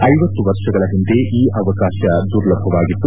ಐವತ್ತು ವರ್ಷಗಳ ಹಿಂದೆ ಈ ಅವಕಾಶ ದುರ್ಲಭವಾಗಿತ್ತು